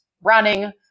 running